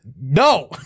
No